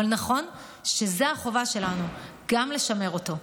אבל נכון שזו החובה שלנו גם לשמר אותו.